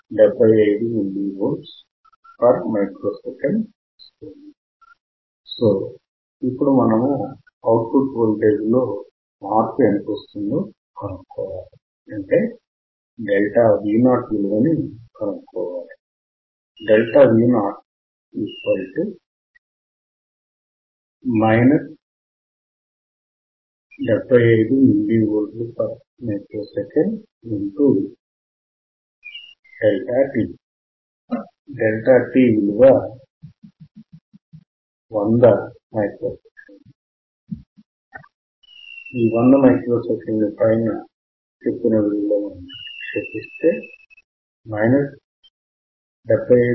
01F 75mVs output voltage లో మార్పు V0 75 mV s 75 mV s 7